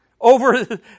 over